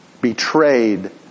betrayed